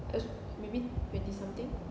uh maybe twenty something